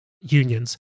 unions